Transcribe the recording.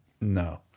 No